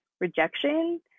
rejection